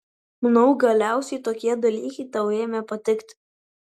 manau galiausiai tokie dalykai tau ėmė patikti